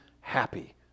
happy